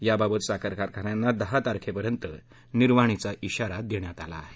याबाबत साखर कारखान्यांना दहा तारखेपर्यंत निर्वाणीचा इशारा दिला आहे